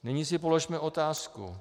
Nyní si položme otázku.